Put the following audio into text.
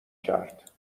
کرد